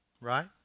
right